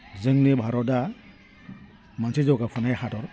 जोंनि भारतआ मोनसे जौगाफुनाय हादर